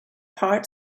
part